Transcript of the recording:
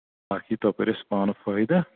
اَکھ یی تَپٲرۍ اَسہِ پانہٕ فٲیدٕ